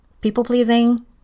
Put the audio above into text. people-pleasing